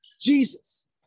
Jesus